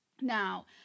Now